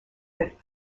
that